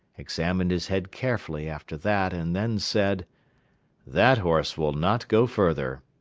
examined his head carefully after that and then said that horse will not go further.